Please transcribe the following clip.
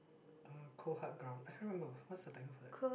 uh cold hard ground I can't remember what is the title for that